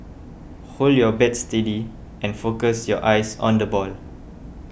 hold your bat steady and focus your eyes on the ball